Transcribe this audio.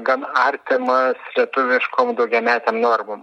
gan artima lietuviškom daugiametėm normom